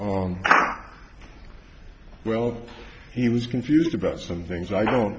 on well he was confused about some things i don't